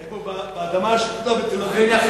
איפה, על האדמה השדודה בתל-אביב?